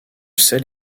sel